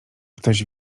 ktoś